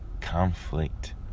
conflict